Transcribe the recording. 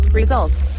results